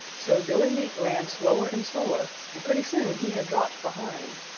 so billy mink ran slower and slower, and pretty soon he had dropped behind.